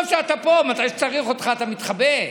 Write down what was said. טוב שאתה פה, מתי שצריך אותך אתה מתחבא.